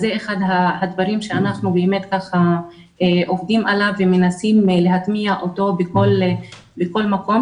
אז זה אחד הדברים שאנחנו באמת עובדים עליו ומנסים להטמיע אותו בכל מקום,